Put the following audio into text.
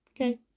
okay